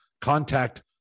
contact